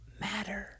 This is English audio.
matter